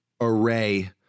array